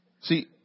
See